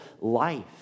life